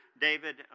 David